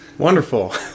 wonderful